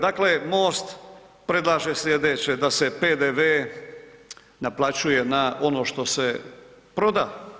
Dakle, MOST predlaže slijedeće, da se PDV naplaćuje na ono što se proda.